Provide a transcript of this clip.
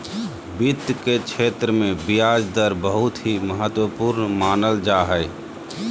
वित्त के क्षेत्र मे ब्याज दर बहुत ही महत्वपूर्ण मानल जा हय